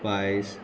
पायस